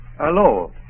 Hello